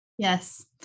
Yes